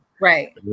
Right